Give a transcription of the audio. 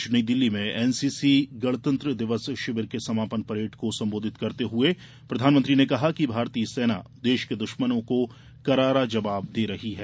आज नई दिल्ली में एनसीसी गणतंत्र दिवस शिविर के समापन परेड को संबोधित करते हुए प्रधानमंत्री ने कहा कि भारतीय सेना देश के दुश्मनों को करारा जवाब दे रही है